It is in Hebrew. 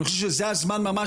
אני חושב שזה הזמן ממש,